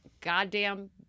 goddamn